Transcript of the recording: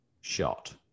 shot